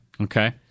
Okay